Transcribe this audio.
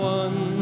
one